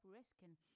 risking